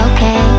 Okay